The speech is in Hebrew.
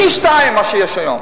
פי-שניים ממה שיש היום.